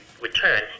return